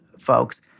folks